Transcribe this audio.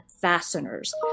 fasteners